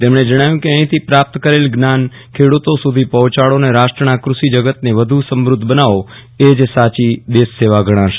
તેમણે જણાવ્યું હતું કે અહીથી પ્રાપ્ત કરેલ જ્ઞાન જ્ઞાન ખેડૂતો સુધી પહોંચાડો ને રાષ્ટ્રના કૃષિ જગત ને વધુ સમૃદ્ધ બનાવો એ જ સાચી દેશ સેવા ગણાશે